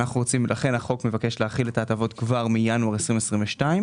לכן החוק מבקש להחיל את ההטבות כבר מינואר 2022,